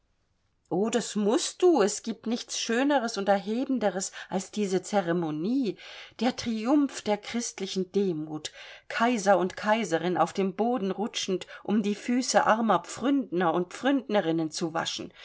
o das mußt du es gibt nichts schöneres und erhebenderes als diese ceremonie der triumph der christlichen demut kaiser und kaiserin auf dem boden rutschend um die füße armer pfründner und pfründnerinnen zu waschen